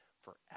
forever